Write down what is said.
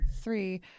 three